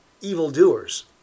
evildoers